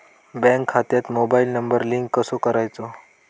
Bank खात्यात mobile number link कसो करायचो?